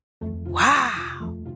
Wow